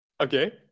Okay